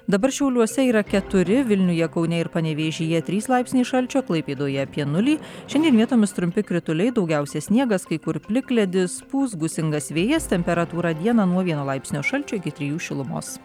dabar šiauliuose yra keturi vilniuje kaune ir panevėžyje trys laipsniai šalčio klaipėdoje apie nulį šiandien vietomis trumpi krituliai daugiausia sniegas kai kur plikledis pūs gūsingas vėjas temperatūra dieną nuo vieno laipsnio šalčio iki trijų šilumos